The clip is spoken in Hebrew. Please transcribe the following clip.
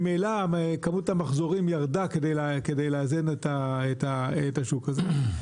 ממילא כמות המחזורים ירדה כדי לאזן את השוק הזה,